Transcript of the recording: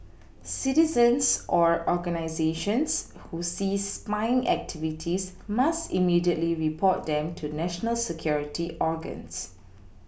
citizens or organisations who see spying activities must immediately report them to national security organs